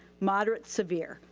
moderate severe.